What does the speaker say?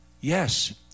Yes